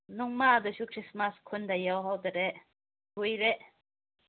ꯅꯣꯡꯃ ꯑꯗꯁꯨ ꯈ꯭ꯔꯤꯁꯃꯥꯁ ꯈꯨꯟꯗ ꯌꯥꯎꯍꯧꯗꯔꯦ ꯀꯨꯏꯔꯦ